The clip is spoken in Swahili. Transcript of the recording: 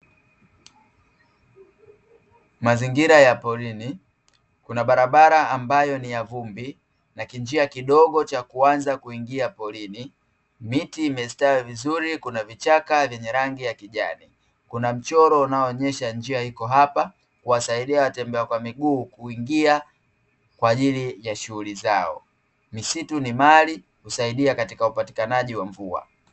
Mazingira ya porini, kuna barabara ambayo ni ya vumbi na kinjia kidogo cha kuanza kuingia porini. Miti imestawi vizuri kuna vichaka vyenye rangi ya kijani. Kuna mchoro unaoonyesha njia iko hapa kuwasaidia watembea kwa miguu kuingia kwa ajili ya shughuli zao. Misitu ni mali husaidia katika upatikanaji wa mvua.